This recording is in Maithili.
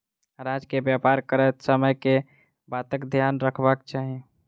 अनाज केँ व्यापार करैत समय केँ बातक ध्यान रखबाक चाहि?